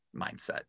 mindset